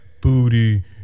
booty